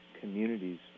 communities